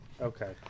Okay